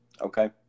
Okay